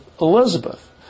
Elizabeth